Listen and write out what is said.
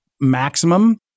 maximum